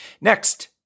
Next